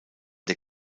der